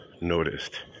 noticed